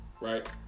right